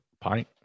pint